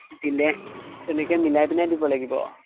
দিলে তেনেকে মিলাই পেলাই দিব লাগিব